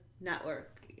network